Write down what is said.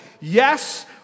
Yes